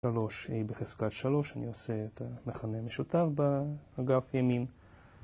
3a בחזקת 3, אני עושה את המכנה המשותף באגף ימין.